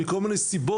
מכל מיני סיבות,